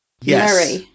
yes